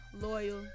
loyal